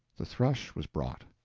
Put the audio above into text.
the thrush was brought,